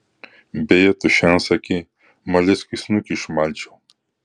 beje tu šiandien sakei maleckiui snukį išmalčiau